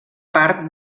part